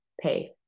pay